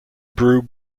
beer